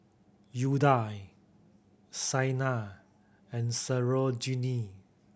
udai Saina and Sarojini